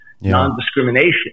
non-discrimination